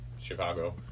Chicago